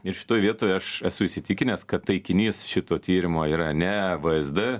ir šitoj vietoj aš esu įsitikinęs kad taikinys šito tyrimo yra ne vsd